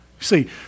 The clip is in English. See